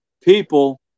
people